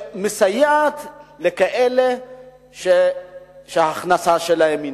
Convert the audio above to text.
שמסייעת לכאלה שההכנסה שלהם נמוכה.